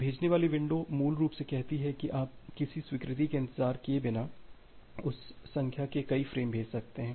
तो भेजने वाली विंडो मूल रूप से कहती है कि आप किसी स्वीकृति के इंतजार किए बिना उस संख्या के कई फ्रेम भेज सकते हैं